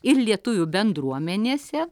ir lietuvių bendruomenėse